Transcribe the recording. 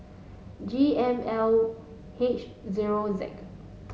G M L H zero Z